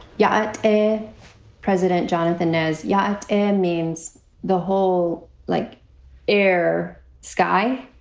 yet a president, jonathan, says yes and means the whole like air sky.